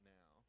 now